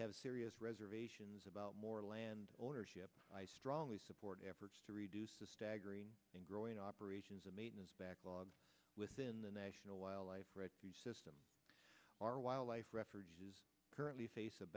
have serious reservations about more land ownership i strongly support efforts to reduce the staggering and growing operations and maintenance backlogs within the national wildlife system our wildlife refuges currently face